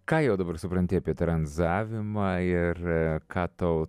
ką jau dabar supranti apie tranzavimą ir ką tau